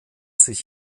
sich